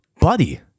buddy